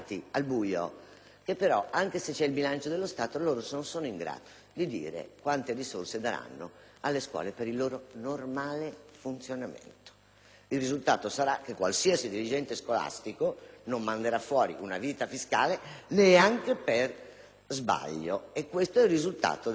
che pur essendovi il bilancio dello Stato, non è in grado di dire quante risorse darà alle scuole per il loro normale funzionamento. Il risultato sarà che qualsiasi dirigente scolastico non manderà una visita fiscale neanche per sbaglio, e questo è il risultato degli interventi